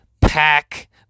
Pack